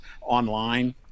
online